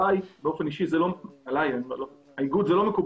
על האיגוד זה לא מקובל.